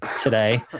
today